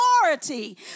authority